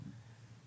ממש.